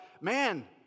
man